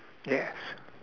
yes